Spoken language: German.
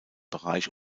bereich